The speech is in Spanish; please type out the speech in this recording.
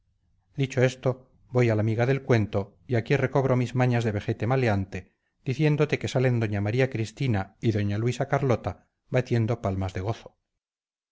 dicho esto voy a la miga del cuento y aquí recobro mis mañas de vejete maleante diciéndote que salen doña maría cristina y doña luisa carlota batiendo palmas de gozo